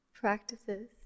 Practices